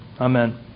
Amen